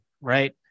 right